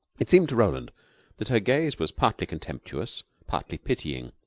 it seemed to roland that her gaze was partly contemptuous, partly pitying.